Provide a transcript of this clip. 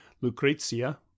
lucrezia